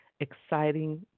Exciting